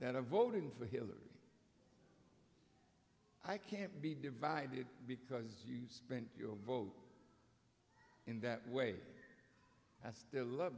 that are voting for hillary i can't be divided because you spent your vote in that way i still love